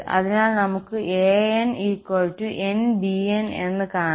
അതിനാൽ നമുക്ക് a'n n bn എന്ന് കാണാം